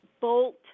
bolt